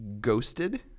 Ghosted